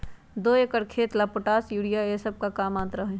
दो एकर खेत के ला पोटाश, यूरिया ये सब का मात्रा होई?